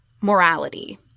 morality